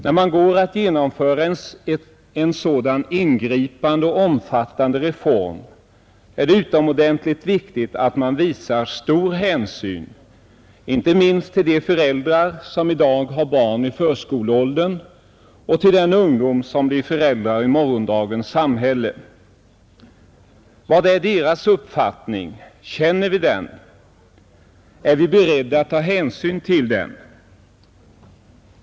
När man går att genomföra en sådan ingripande och omfattande reform är det utomordentligt viktigt att man visar stor hänsyn inte minst till de föräldrar som i dag har barn i förskoleåldern och till de ungdomar som blir föräldrar i morgondagens samhälle, Vad är deras uppfattning? Känner vi den? Är vi beredda att ta hänsyn till den?